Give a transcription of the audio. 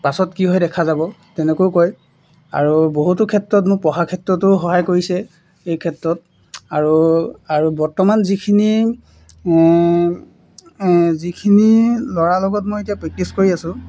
পাছত কি হয় দেখা যাব তেনেকৈ কয় আৰু বহুতো ক্ষেত্ৰত মোৰ পঢ়াৰ ক্ষেত্ৰতো সহায় কৰিছে এই ক্ষেত্ৰত আৰু আৰু বৰ্তমান যিখিনি যিখিনি ল'ৰাৰ লগত মই এতিয়া প্ৰেক্টিচ কৰি আছোঁ